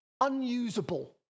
unusable